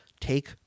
take